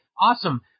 Awesome